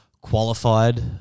qualified